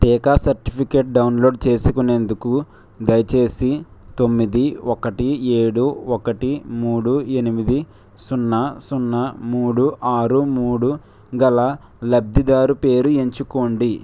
టీకా certificate download చేసుకునేందుకు దయచేసి తొమ్మిది ఒకటి ఏడు ఒకటి మూడు ఎనిమిది సున్నా సున్నా మూడు ఆరు మూడు గల లబ్ధిదారు పేరు ఎంచుకోండి